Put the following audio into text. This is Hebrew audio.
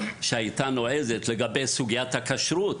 שהייתה נועזת; לגבי סוגיית הכשרות,